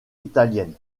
italienne